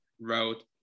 wrote